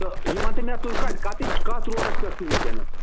تہٕ یہِ وَن تہٕ مےٚ تُہۍ کَتہِ کَتِچ کَتھ روڈَس پٮ۪ٹھ چھُو وٕنۍکٮ۪نَس